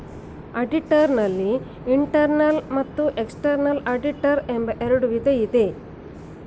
auditor ನಲ್ಲಿ internal ಮತ್ತು external auditors ಎಂಬ ಎರಡು ವಿಧ ಇದೆ